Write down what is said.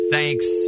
Thanks